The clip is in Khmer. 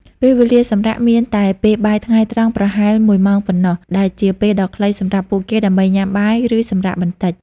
ពេលវេលាសម្រាកមានតែពេលបាយថ្ងៃត្រង់ប្រហែលមួយម៉ោងប៉ុណ្ណោះ ដែលជាពេលដ៏ខ្លីសម្រាប់ពួកគេដើម្បីញ៉ាំបាយ និងសម្រាកបន្តិច។